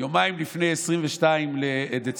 יומיים לפני 22 בדצמבר